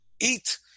eat